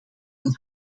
een